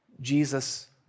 Jesus